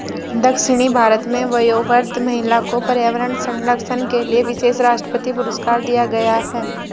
दक्षिण भारत में वयोवृद्ध महिला को पर्यावरण संरक्षण के लिए विशेष राष्ट्रपति पुरस्कार दिया गया है